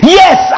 yes